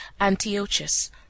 Antiochus